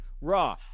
raw